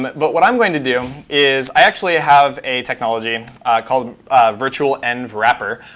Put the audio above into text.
but but what i'm going to do is i actually have a technology called virtualenvwrapper,